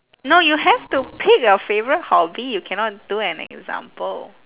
no you have to pick a favourite hobby you cannot do an example